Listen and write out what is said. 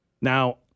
Now –